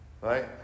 Right